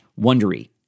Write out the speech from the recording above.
wondery